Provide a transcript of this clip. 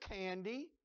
candy